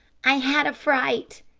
i had a fright,